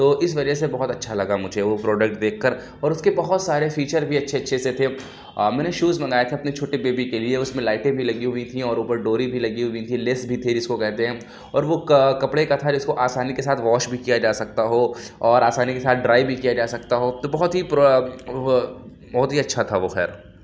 تو اِس وجہ سے بہت اچھا لگا مجھے وہ پروڈکٹ دیکھ کر اور اُس کے بہت سارے فیچر بھی اچھے اچھے سے تھے اور میں نے شوز منگائے تھے اپنے چھوٹے بےبی کے لیے اُس میں لائیٹیں بھی لگی ہوئی تھیں اور اُوپر ڈوری بھی لگی ہوئیں تھی لیس بھی تھے جس کو کہتے ہیں اور وہ کپڑے کا تھا جس کو آسانی کے ساتھ واش بھی کیا جا سکتا ہو اور آسانی کے ساتھ ڈرائی بھی کیا جا سکتا ہو تو بہت ہی بہت ہی اچھا تھا وہ خیر